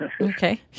Okay